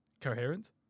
Coherent